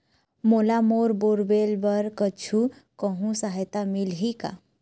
मोला bore borewells बर कुछू कछु सहायता मिलही का?